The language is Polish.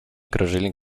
krążyli